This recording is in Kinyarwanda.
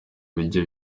bijya